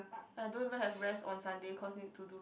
I don't even have rest on Sunday cause need to do